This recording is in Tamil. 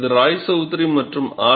இது ராய்சவுத்ரி மற்றும் ஆர்